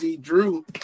Drew